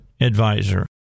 advisor